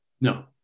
No